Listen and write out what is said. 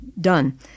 done